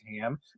ham